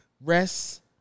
Rest